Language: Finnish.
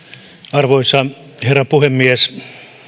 arvoisa herra puhemies